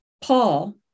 Paul